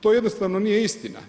TO jednostavno nije istina.